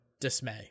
dismay